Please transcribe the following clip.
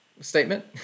statement